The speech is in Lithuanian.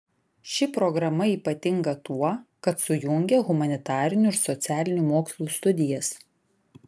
ši programa ypatinga tuo kad sujungia humanitarinių ir socialinių mokslų studijas